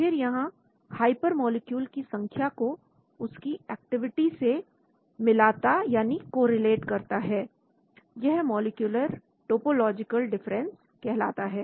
फिर यहां hyper molecule की संख्या को उसकी एक्टिविटी से मिलाता यानी कोरिलेट करता है यह मॉलिक्यूलर टोपोलॉजिकल डिफरेंस कहलाता है